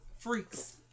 Freaks